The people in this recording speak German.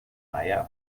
meier